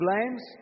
blames